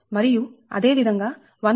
మరియు అదే విధంగా 1m ఇక్కడ ఉంది